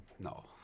No